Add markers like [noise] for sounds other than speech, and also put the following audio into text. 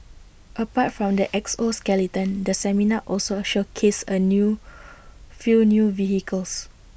apart from the exoskeleton the seminar also showcased A new [noise] few new vehicles